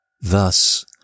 Thus